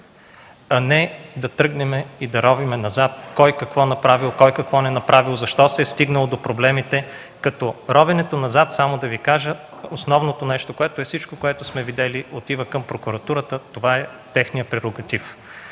а не да тръгнем да ровим назад – кой какво направил, кой какво не направил, защо се е стигнало до проблемите. Ровенето назад –основното нещо: всичко, което сме видели, отива към прокуратурата. Това е техният прерогатив.